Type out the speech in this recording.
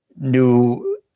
new